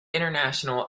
international